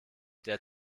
der